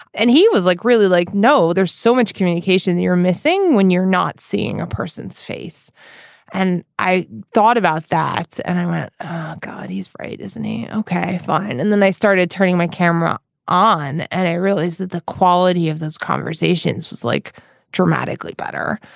and he was like really like no there's so much communication that you're missing when you're not seeing a person's face and i thought about that and i went oh god he's right isn't he. ok fine. and then they started turning my camera on and i realized that the quality of those conversations was like dramatically better.